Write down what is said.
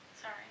Sorry